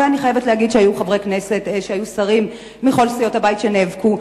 ואני חייבת להגיד שהיו שרים מכל סיעות הבית שנאבקו,